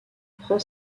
prend